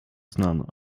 znana